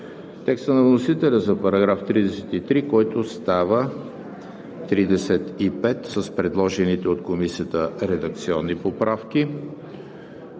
текста на вносителя за § 34, който става § 36 с предложените от Комисията редакционни поправки;